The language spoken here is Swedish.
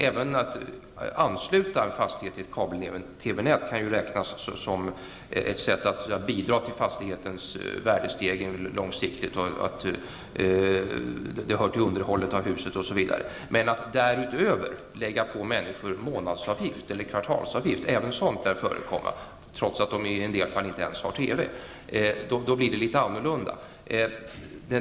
Även att ansluta en fastighet till ett kabel-TV-nät kan betraktas som ett sätt att långsiktigt bidra till fastighetens värdestegring och till underhållet av huset, men situationen blir annorlunda om man därutöver ålägger människor att betala en månadsavgift eller kvartalsavgift, trots att de i en del fall inte ens har TV, vilket ju lär förekomma.